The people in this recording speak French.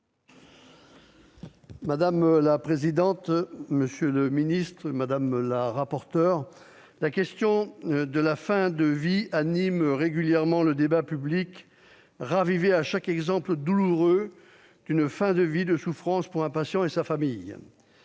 Madame la présidente, monsieur le ministre, mes chers collègues, la question de la fin de vie anime régulièrement le débat public, ravivée à chaque exemple douloureux d'une fin de vie de souffrances pour un patient et sa famille.